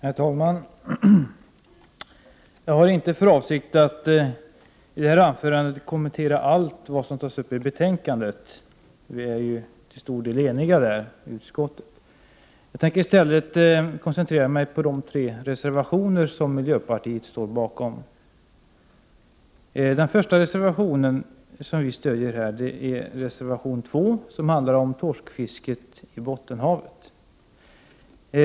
Herr talman! Jag har inte för avsikt att i detta anförande kommentera allt som tas upp i betänkandet — vi i utskottet är ju till stor del eniga härom. Jag ämnar i stället koncentrera mig på de tre reservationer som miljöpartiet står Den första reservationen som vi stödjer är reservation 2, som handlar om torskfisket i Bottenhavet.